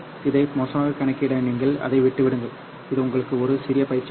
இதை மோசமாக கணக்கிட நீங்கள் அதை விட்டுவிடுங்கள் இது உங்களுக்கு ஒரு சிறிய பயிற்சியாக இருக்கும்